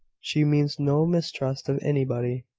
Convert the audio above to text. she means no mistrust of anybody,